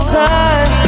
time